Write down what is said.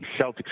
Celtics